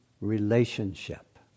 relationship